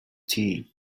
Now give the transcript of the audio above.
tea